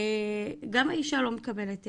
שגם האישה לא מקבלת עזרה,